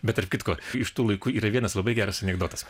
bet tarp kitko iš tų laikų yra vienas labai geras anekdotas